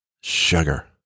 sugar